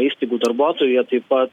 įstaigų darbuotojų jie taip pat